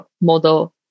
model